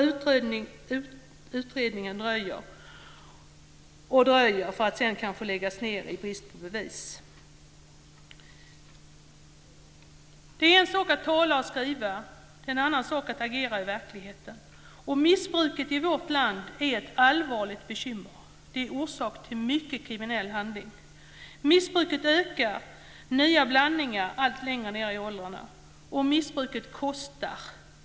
Utredningen dröjer och dröjer för att sedan kanske läggas ned i brist på bevis. Det är en sak att tala och skriva. Det är en annan sak att agera i verkligheten. Missbruket i vårt land är ett allvarligt bekymmer. Det är orsak till mycket kriminella handlingar. Missbruket ökar. Det blir nya blandningar, och det sprider sig allt längre ned i åldrarna. Och missbruket kostar.